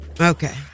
Okay